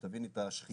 שתביני את השחיקה.